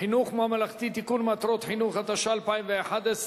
חינוך ממלכתי (תיקון, מטרות חינוך), התשע"א 2011,